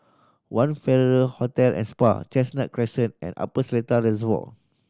One Farrer Hotel and Spa Chestnut Crescent and Upper Seletar Reservoir